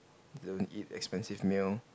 they don't eat expensive meal